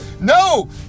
No